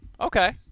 okay